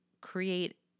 create